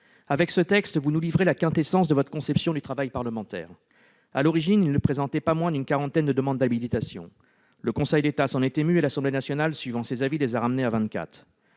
Avec ce texte, vous nous livrez la quintessence de votre conception du travail parlementaire : à l'origine, le projet de loi ne contenait pas moins d'une quarantaine de demandes d'habilitation. Le Conseil d'État s'en est ému et l'Assemblée nationale, suivant l'avis de cette